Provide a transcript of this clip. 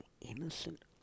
innocent